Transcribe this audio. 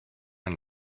and